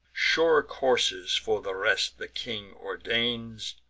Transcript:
sure coursers for the rest the king ordains,